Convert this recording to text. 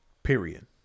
period